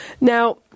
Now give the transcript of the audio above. Now